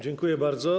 Dziękuję bardzo.